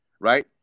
right